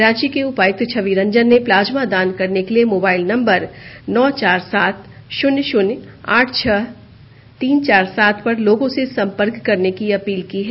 रांची के उपायुक्त छवि रंजन ने प्लाज्मा दान करने के लिए मोबाईल नंबर नौ चार सात शुन्य शुन्य आठ छह तीन चार सात पर लोगों से संपर्क करने की अपील की है